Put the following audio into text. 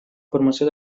formació